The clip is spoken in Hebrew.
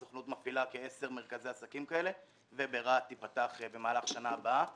הסוכנות מפעילה כ-10 מרכזי עסקים כאלה וברהט ייפתח במהלך שנה הבאה